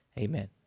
Amen